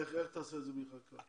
איך תעשה את זה בלי חקיקה?